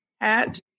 hat